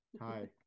Hi